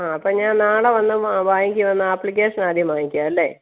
ആ അപ്പം ഞാൻ നാളെ വന്ന് ബാങ്കിൽ വന്ന് ആപ്ലിക്കേഷൻ ആദ്യം വാങ്ങിക്കാം അല്ലേ